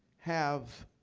have